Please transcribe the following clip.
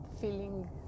feeling